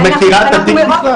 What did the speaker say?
היא מכירה את התיק בכלל?